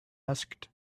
asked